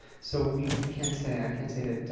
so, we we can't say i can't say that, ah,